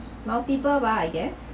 multiple bah I guess